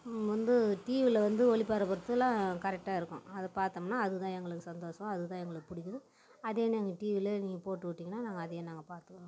வந்து டிவியில் வந்து ஒளிபரப்புறதுலாம் கரெக்டாக இருக்கும் அதை பார்த்தோம்னா அது தான் எங்களுக்கு சந்தோசோம் அது தான் எங்களுக்கு பிடிக்கும் அதே நாங்கள் டிவியில் நீங்கள் போட்டுவுட்டீங்கன்னா நாங்கள் அதையே நாங்கள் பார்த்துக்கறோம்